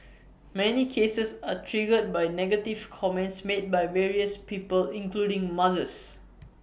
many cases are triggered by negative comments made by various people including mothers